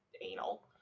anal